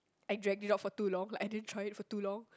I drag it out for too long I didn't try it for too long